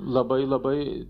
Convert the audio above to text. labai labai